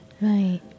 Right